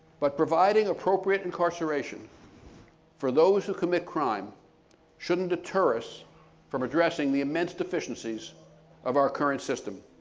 but providing appropriate incarceration for those who commit crime shouldn't deter us from addressing the immense deficiencies of our current system.